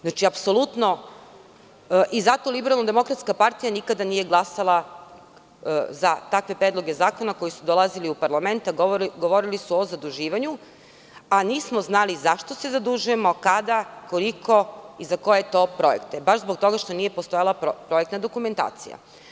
Zato LDP nikada nije glasala za takve predloge zakona koji su dolazili u parlament, a govorili su o zaduživanju, a nismo znali zašto se zadužujemo, kada, koliko i za koje to projekte, baš zbog toga što nije postojala projektna dokumentacija.